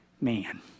man